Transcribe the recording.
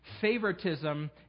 Favoritism